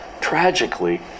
Tragically